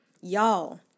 Y'all